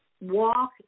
walk